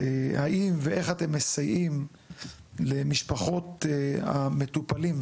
האם ואיך אתם מסייעים למשפחות המטופלים,